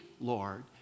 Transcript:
Lord